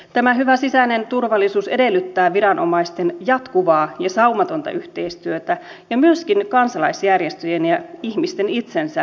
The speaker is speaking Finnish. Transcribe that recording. tämä hyvä sisäinen turvallisuus edellyttää viranomaisten jatkuvaa ja saumatonta yhteistyötä ja myöskin kansalaisjärjestöjen ja ihmisten itsensä osallistumista